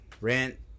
rent